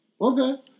Okay